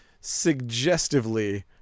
suggestively